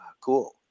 cool